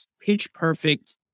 pitch-perfect